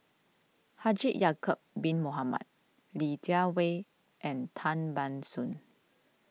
Haji Ya'Acob Bin Mohamed Li Jiawei and Tan Ban Soon